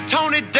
Tony